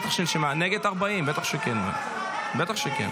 התשפ"ה 2024, לוועדה שתקבע